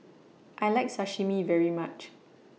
I like Sashimi very much